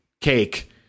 cake